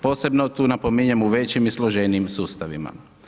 Posebno tu napominjem u većim i složenijim sustavima.